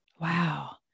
Wow